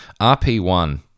RP-1